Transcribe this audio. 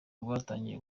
rwatangiye